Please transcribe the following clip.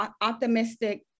optimistic